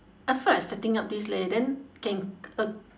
I feel like setting up this leh then can uh